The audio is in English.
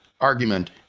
argument